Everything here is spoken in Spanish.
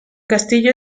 castillo